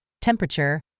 temperature